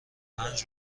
پنج